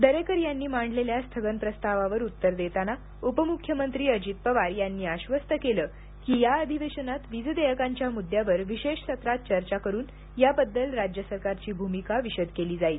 दरेकर यांनी मांडलेल्या स्थगन प्रस्तावावर उत्तर देताना उपमुख्यमंत्री अजित पवार यांनी आश्वस्त केले की या अधिवेशनात वीज देयकांच्या मुद्द्यावर विशेष सत्रात चर्चा करून याबद्दल राज्य सरकारची भूमिका विषद केली जाईल